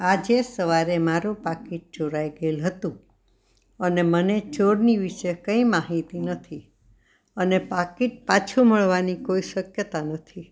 આજે સવારે મારું પાકીટ ચોરાઈ ગયેલ હતું અને મને ચોરની વિષે કંઈ માહિતી નથી અને પાકીટ પાછું મળવાની કોઈ શક્યતા નથી